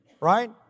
right